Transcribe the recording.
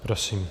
Prosím.